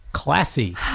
Classy